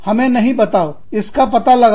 हमें नहीं बताओ इसका पता लगाओ